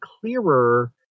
clearer